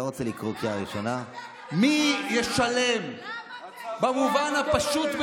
מי ישלם כשהם יוכלו